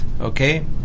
Okay